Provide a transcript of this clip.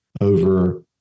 over